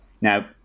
Now